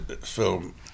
film